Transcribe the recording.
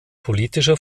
politischer